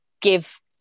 give